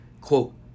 quote